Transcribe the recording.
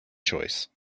choice